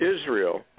Israel